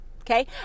Okay